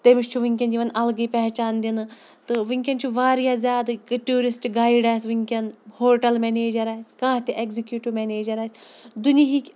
تٔمِس چھُ وٕنۍکٮ۪ن یِوان الگٕے پہچان دِنہٕ تہٕ وٕنۍکٮ۪ن چھُ واریاہ زیادٕ ٹیوٗرِسٹ گایڈ آسہِ وٕنۍکٮ۪ن ہوٹَل مٮ۪نیجَر آسہِ کانٛہہ تہِ اٮ۪کزِکیوٗٹِو مٮ۪نیجَر آسہِ دُنہیٖکۍ